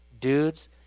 Dudes